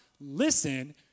listen